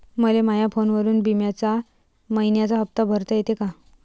मले माया फोनवरून बिम्याचा मइन्याचा हप्ता भरता येते का?